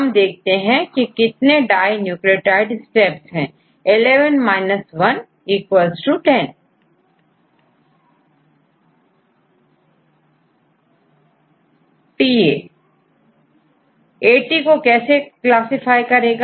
हम देखते हैं कि कितने डाई न्यूक्लियोटाइड स्टेप्स है11 110 ATको कैसे क्लासिफाई करेंगे